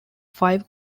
five